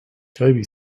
toby